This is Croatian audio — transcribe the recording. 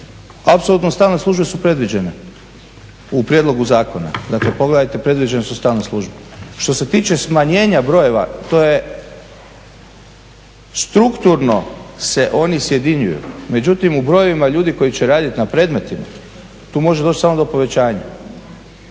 Dakle, pogledajte predviđene su stalne službe. Što se tiče smanjenja brojeva, to je strukturno se oni sjedinjuju. Međutim, u brojevima ljudi koji će raditi na predmetima tu može doći samo do povećanja.